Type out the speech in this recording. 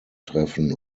treffen